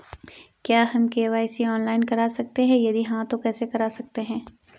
क्या हम KYC online करा सकते हैं यदि हाँ तो कैसे करा सकते हैं?